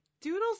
Doodles